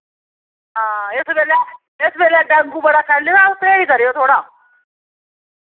हां इस बेल्लै इस बेल्लै डैंगू बड़ा फैले दा परहेज करेओ थोह्ड़ा